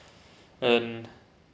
and